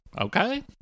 Okay